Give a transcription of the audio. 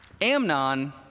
Amnon